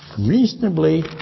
reasonably